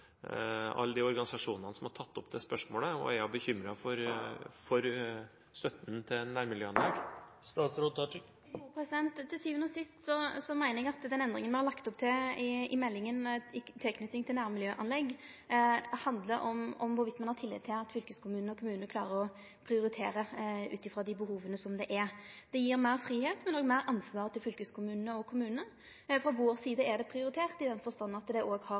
Til sjuande og sist meiner eg at endringa me har lagt opp til i meldinga i tilknyting til nærmiljøanlegg, handlar om om ein har tillit til at fylkeskommunane og kommunane klarer å prioritere ut frå dei behova som er. Det gjev meir fridom, men òg meir ansvar til fylkeskommunane og kommunane. Frå vår side er det prioritert i den forstand at dei òg har høgare tilskotssatsar, for det er ingen tvil om at nærmiljøanlegga har